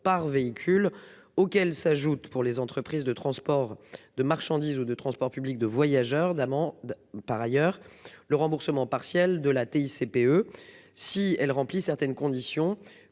par véhicule, auxquels s'ajoutent, pour les entreprises de transport de marchandises ou de transport public de voyageurs d'amende par ailleurs le remboursement partiel de la TICPE si elle remplit certaines conditions,